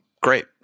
great